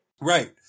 Right